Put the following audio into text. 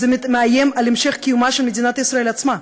זה מאיים על המשך קיומה של מדינת ישראל עצמה.